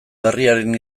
berriaren